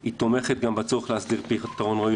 היא תומכת גם בצורך להסדיר פתרון ראוי